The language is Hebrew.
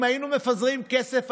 אם היינו מפזרים כסף,